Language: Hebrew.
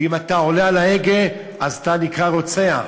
ואם אתה נוהג אתה נקרא רוצח.